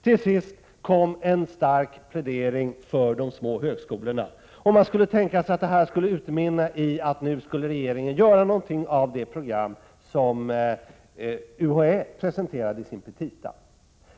Till sist höll Lennart Bodström en kraftfull plädering för de små högskolorna. Man skulle kunna tänka sig att denna plädering skulle utmynna i ett löfte om att regeringen nu skulle göra något av det program som UHÄ presenterade i sina petita.